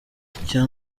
icya